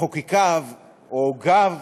מחוקקיו או הוגיו